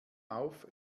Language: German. auf